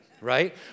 right